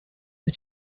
for